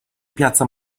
piazza